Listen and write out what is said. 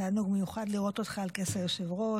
תענוג מיוחד לראות אותך על כס היושב-ראש.